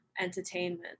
entertainment